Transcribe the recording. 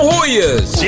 Hoyas